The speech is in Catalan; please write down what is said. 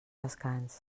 descans